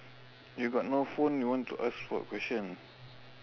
you got no phone you want to ask for a question